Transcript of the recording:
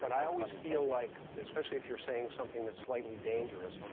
but i always feel like especially if you're saying something that's slightly dangerous,